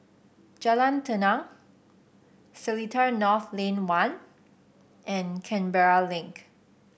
Jalan Tenang Seletar North Lane One and Canberra Link